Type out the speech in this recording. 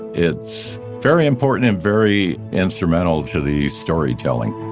it's very important and very instrumental to the storytelling